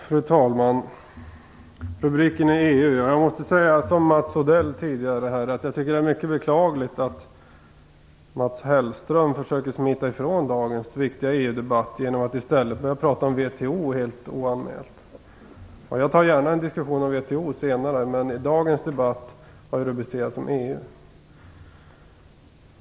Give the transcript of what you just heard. Fru talman! Rubriken för debatten är EU. Jag måste säga som Mats Odell sade tidigare, att det är mycket beklagligt att Mats Hellström försöker smita ifrån dagens viktiga EU-debatt genom att börja prata om WTO helt oanmält. Jag tar gärna en diskussion om WTO senare, men dagens debatt har rubriken EU.